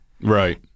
Right